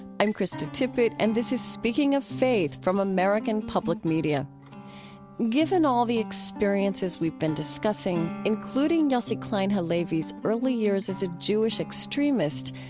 i'm krista tippett and this is speaking of faith from american public media given all the experiences we've been discussing, including yossi klein halevi's early years as a jewish extremist,